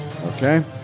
Okay